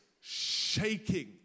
shaking